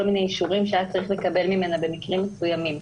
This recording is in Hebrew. מיני אישורים שהיה צריך לקבל ממנה במקרים מסוימים,